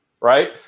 right